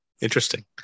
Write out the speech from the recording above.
Interesting